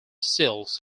seals